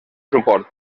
suport